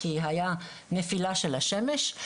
כי הייתה נפילה של השמש.